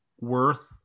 worth